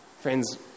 Friends